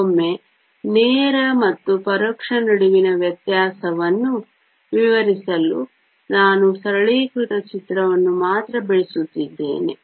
ಮತ್ತೊಮ್ಮೆ ನೇರ ಮತ್ತು ಪರೋಕ್ಷ ನಡುವಿನ ವ್ಯತ್ಯಾಸವನ್ನು ವಿವರಿಸಲು ನಾನು ಸರಳೀಕೃತ ಚಿತ್ರವನ್ನು ಮಾತ್ರ ಬಿಡಿಸುತ್ತಿದ್ದೇನೆ